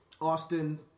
Austin